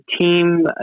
team